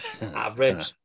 Average